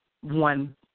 one